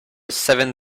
seven